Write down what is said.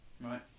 right